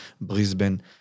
Brisbane